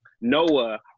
Noah